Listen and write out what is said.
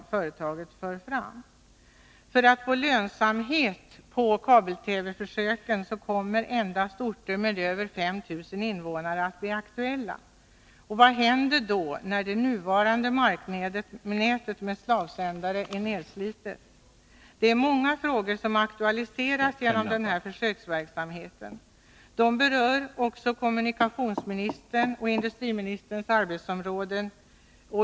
För att få lönsamhet i fråga om försöksverksamheten med kabel-TV kommer endast orter med över 5 000 invånare att bli aktuella. Vad händer då när det nuvarande marknätet med slavsändare är nedslitet? Det är många frågor som aktualiseras genom den här försöksverksamheten. De berör också kommunikationsministerns och industriministerns arbetsområden.